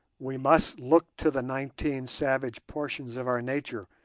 we must look to the nineteen savage portions of our nature,